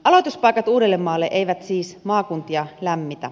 aloituspaikat uudellemaalle eivät siis maakuntia lämmitä